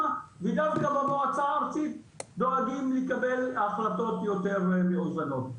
ודווקא במועצה הארצית דואגים לקבל החלטות יותר מאוזנות.